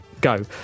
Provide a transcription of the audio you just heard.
go